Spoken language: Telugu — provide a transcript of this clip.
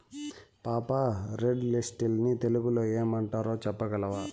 పాపా, రెడ్ లెన్టిల్స్ ని తెలుగులో ఏమంటారు చెప్పగలవా